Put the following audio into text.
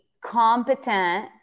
competent